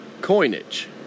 coinage